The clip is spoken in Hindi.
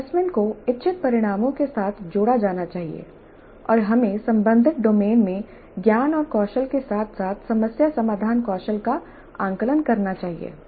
एसेसमेंट को इच्छित परिणामों के साथ जोड़ा जाना चाहिए और हमें संबंधित डोमेन में ज्ञान और कौशल के साथ साथ समस्या समाधान कौशल का आकलन करना चाहिए